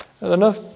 enough